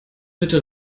bitte